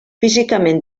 físicament